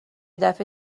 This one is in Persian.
دفعه